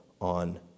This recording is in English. on